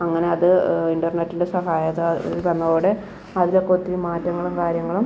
അങ്ങന അത് ഇൻ്റർനെറ്റിൻ്റെ സഹായത്താൽ ഇത് വന്നതോടെ അതിലൊക്കെ ഒത്തിരി മാറ്റങ്ങളും കാര്യങ്ങളും